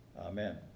Amen